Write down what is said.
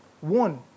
One